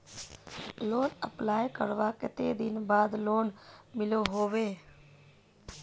Loan apply करवार कते दिन बाद लोन मिलोहो होबे?